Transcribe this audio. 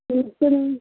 नमस्ते मैम